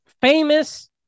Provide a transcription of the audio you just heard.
famous